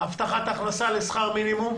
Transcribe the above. הבטחת ההכנסה לשכר מינימום.